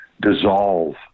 dissolve